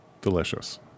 Delicious